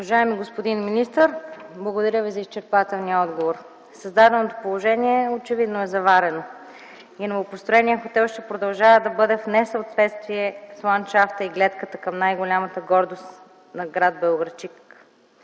Уважаеми господин министър, благодаря Ви за изчерпателния отговор. Създаденото положение очевидно е заварено и новопостроеният хотел ще продължава да бъде в несъответствие с ландшафта и гледката към най-голямата гордост на гр. Белоградчик.